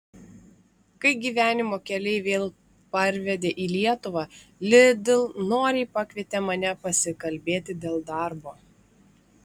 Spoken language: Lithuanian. kai gyvenimo keliai vėl parvedė į lietuvą lidl noriai pakvietė mane pasikalbėti dėl darbo